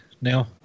now